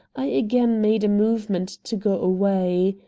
i again made a movement to go away.